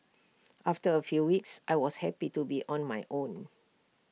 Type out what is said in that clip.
after A few weeks I was happy to be on my own